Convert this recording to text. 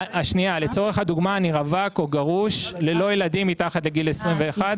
לצורך הדוגמה אני רווק או גרוש ללא ילדים מתחת לגיל 21. אה,